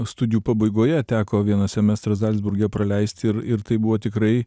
studijų pabaigoje teko vieną semestrą zalcburge praleisti ir ir tai buvo tikrai